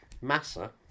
Massa